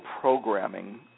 programming